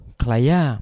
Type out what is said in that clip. klaya